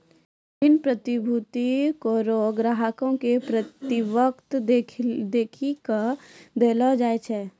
ऋण प्रतिभूती कोनो ग्राहको के परिपक्वता देखी के देलो जाय छै